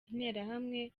interahamwe